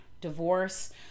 divorce